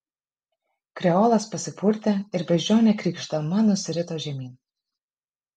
kreolas pasipurtė ir beždžionė krykšdama nusirito žemyn